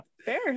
fair